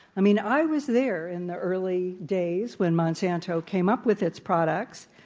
i mean, i was there in the early days when monsanto came up with its products.